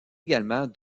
également